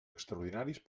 extraordinaris